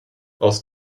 aus